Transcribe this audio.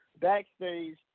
backstage